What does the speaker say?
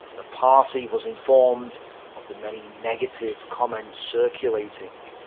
the party was informed of the many negative comments circulating.